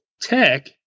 tech